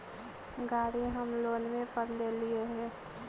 गाड़ी हम लोनवे पर लेलिऐ हे?